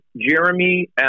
Jeremy